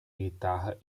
guitarra